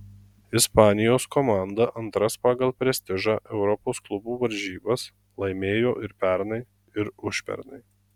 ispanijos komanda antras pagal prestižą europos klubų varžybas laimėjo ir pernai ir užpernai